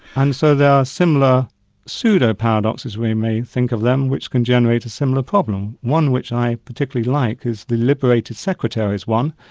and so there are similar pseudo-paradoxes we may think of them, which can generate a similar problem. one which i particularly like is the liberated secretaries one,